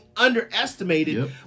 underestimated